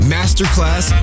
Masterclass